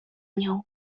nią